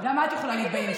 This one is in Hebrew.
את רוצה גם את להתבייש?